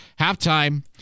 halftime